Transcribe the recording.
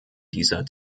dieser